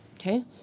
okay